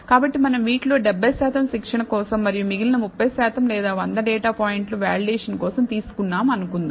కాబట్టి మనం వీటిలో 70 శాతం శిక్షణ కోసం మరియు మిగిలిన 30 శాతం లేదా 100 డేటా పాయింట్లు వాలిడేషన్ కోసం తీసుకున్నాం అనుకుందాం